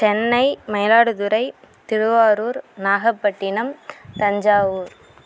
Chennai Mayiladuthurai Tiruvarur Nagapattinam Thanjavur